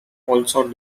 also